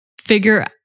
figure